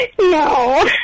No